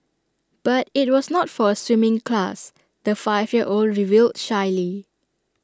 but IT was not for A swimming class the five year old revealed shyly